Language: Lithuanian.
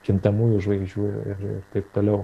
kintamųjų žvaigždžių ir ir taip toliau